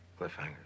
Cliffhangers